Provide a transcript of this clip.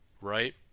right